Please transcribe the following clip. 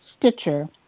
Stitcher